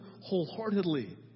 wholeheartedly